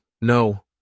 no